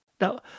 Now